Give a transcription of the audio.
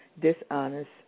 dishonest